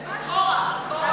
קורח, קורח.